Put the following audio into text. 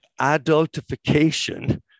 adultification